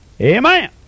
Amen